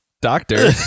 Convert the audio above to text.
doctor